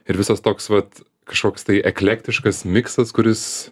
ir visas toks vat kažkoks tai eklektiškas miksas kuris